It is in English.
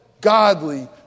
godly